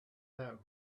that